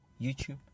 YouTube